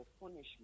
punishment